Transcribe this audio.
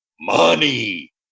money